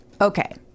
Okay